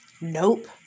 Nope